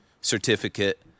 certificate